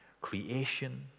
creation